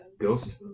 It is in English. Ghost